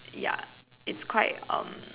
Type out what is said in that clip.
ya it's quite um